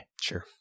Sure